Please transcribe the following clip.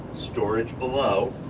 storage below.